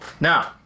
now